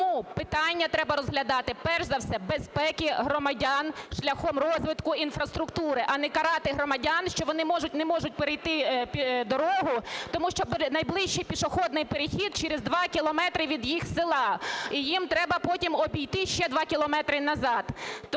Тому питання треба розглядати перш за все безпеки громадян шляхом розвитку інфраструктури, а не карати громадян, що вони не можуть перейти дорогу, тому що найближчий пішохідний перехід через 2 кілометри від їх села і їм треба потім обійти ще 2 кілометри назад.